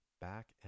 back